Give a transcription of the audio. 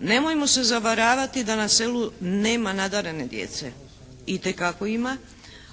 Nemojmo se zavaravati da na selu nema nadarene djece. Itekako ima.